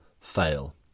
fail